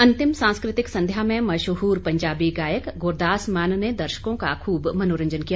अंतिम सांस्कृतिक संध्या में मशहूर पंजाबी गायक गुरदास मान ने दर्शकों का खूब मनारंजन किया